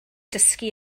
dysgu